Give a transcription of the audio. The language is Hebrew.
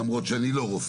למרות שאני לא רופא: